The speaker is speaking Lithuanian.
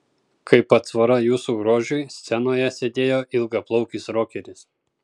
kaip atsvara jūsų grožiui scenoje sėdėjo ilgaplaukis rokeris